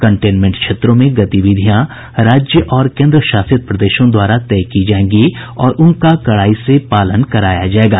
containment क्षेत्रों में गतिविधियां राज्य और केन्द्रशासित प्रदेशों द्वारा तय की जाएंगी और उनका कडाई से पालन कराया जाएगा